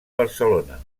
barcelona